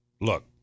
Look